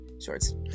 shorts